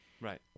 Right